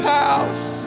house